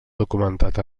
documentat